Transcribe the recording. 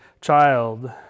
child